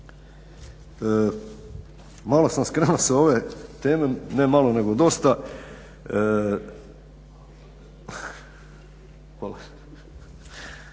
Malo sam skrenuo s ove teme, ne malo nego dosta. Rečeno